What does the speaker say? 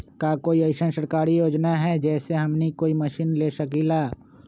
का कोई अइसन सरकारी योजना है जै से हमनी कोई मशीन ले सकीं ला?